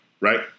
right